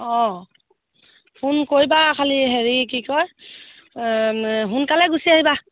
অঁ ফোন কৰিবা খালি হেৰি কি কয় সোনকালে গুচি আহিবা